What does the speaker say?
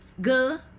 Good